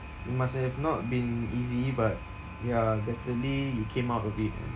it must have not been easy but ya definitely you came out of it ah